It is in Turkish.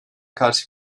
karşı